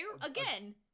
again